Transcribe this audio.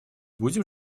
будем